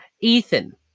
Ethan